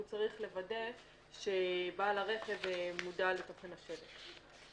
הוא צריך לוודא שבעל הרכב מודע לתוכן השלט.